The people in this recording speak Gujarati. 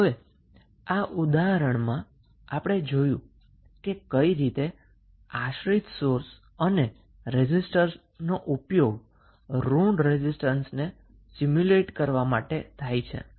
હવે આ ઉદાહરણમાં આપણે જોયું કે કઈ રીતે ડિપેન્ડન્ટ સોર્સ અને રેઝિસ્ટરનો ઉપયોગ માઇનસ રેઝિસ્ટન્સને સ્ટીમ્યુલેટ કરવા માટે થાય છે